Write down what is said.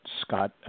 Scott